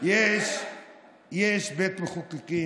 יש בית מחוקקים,